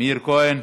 מאיר כהן,